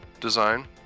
design